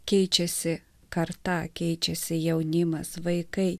keičiasi karta keičiasi jaunimas vaikai